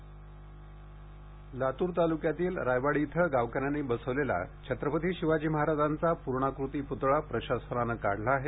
लातूर् लातूर तालुक्यातील रायवाडी येथे गावकऱ्यांनी बसवलेला छत्रपती शिवाजी महाराजांचा पूर्णाकृती पूतळा प्रशासनाने काढला आहे